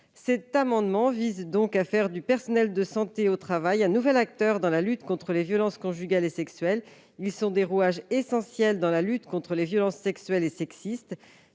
Cet amendement vise à faire du personnel de santé au travail un nouvel acteur dans la lutte contre les violences conjugales et sexuelles. Ces professionnels sont des rouages essentiels dans la lutte contre les violences sexuelles et sexistes.